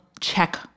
check